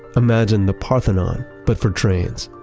imagine the parthenon, but for trains,